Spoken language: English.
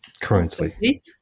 currently